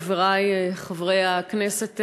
חברי חברי הכנסת,